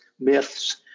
myths